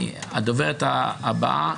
הדוברת הבאה,